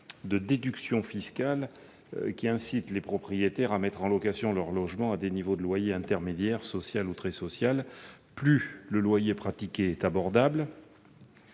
de déduction fiscale qui incite les propriétaires à mettre en location leur logement à un loyer de montant intermédiaire, social ou très social. Plus le loyer pratiqué est abordable